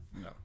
No